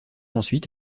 ensuite